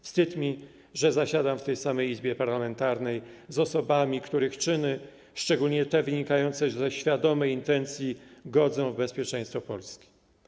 Wstyd mi, że zasiadam w tej samej Izbie parlamentarnej z osobami, których czyny, szczególnie te wynikające ze świadomej intencji, godzą w bezpieczeństwo Polski.